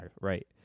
Right